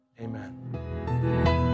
amen